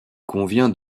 convient